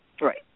Right